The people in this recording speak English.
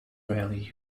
rarely